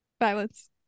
Violence